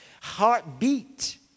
Heartbeat